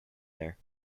there